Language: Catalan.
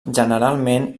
generalment